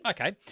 Okay